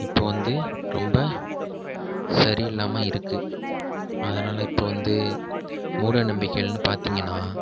இப்போ வந்து ரொம்ப சரியில்லாம இருக்குது அதனால் இப்போ வந்து மூட நம்பிக்கைகள்னு பார்த்திங்கன்னா